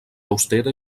austera